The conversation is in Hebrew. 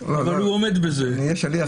אבל הוא עומד בזה...